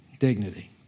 dignity